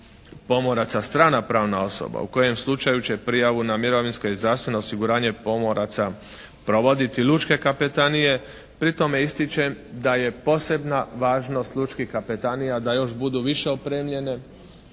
pomoraca, strana pravna osoba u kojem slučaju će prijavu na mirovinsko i zdravstveno osiguranje pomoraca provoditi lučke kapetanije. Pri tome ističem da je posebna važnost lučkih kapetanija da još budu više opremljene,